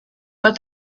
but